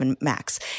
max